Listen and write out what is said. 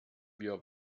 wir